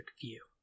view